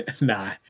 Nah